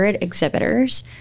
exhibitors